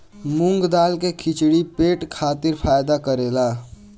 मूंग दाल के खिचड़ी पेट खातिर फायदा करेला